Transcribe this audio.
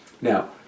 Now